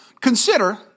Consider